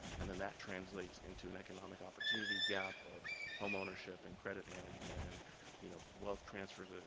and then that translates into an economic opportunity gap of home ownership, and credit management, and you know wealth transfer